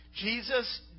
Jesus